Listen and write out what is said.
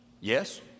yes